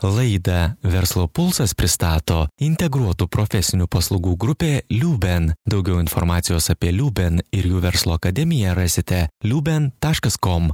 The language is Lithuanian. laidą verslo pulsas pristato integruotų profesinių paslaugų grupė liuben daugiau informacijos apie liuben ir jų verslo akademiją rasite liuben taškas kom